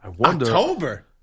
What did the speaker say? October